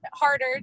harder